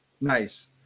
Nice